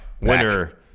Winner